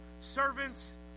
servants